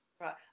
Right